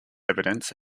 evidence